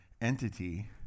entity